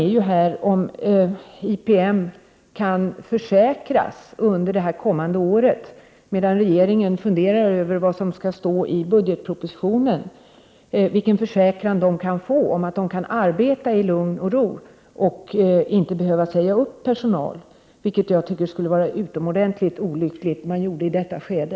Min undran är om de anställda på IPM under det kommande året, medan regeringen funderar över innehållet i budgetpropositionen, kan få en försäkran om att de kan arbeta i lugn och ro och att det inte blir nödvändigt att säga upp personal. En sådan åtgärd skulle enligt min mening vara utomordentligt olycklig i detta skede.